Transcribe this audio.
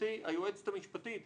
גבירתי היועצת המשפטית,